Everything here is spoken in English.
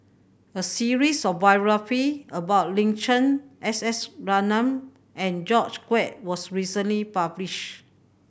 a series of biography about Lin Chen S S Ratnam and George Quek was recently published